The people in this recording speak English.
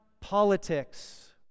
politics